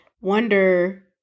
wonder